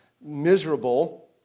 miserable